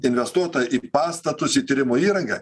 investuota į pastatus į tyrimų įrangą